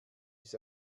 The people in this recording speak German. vus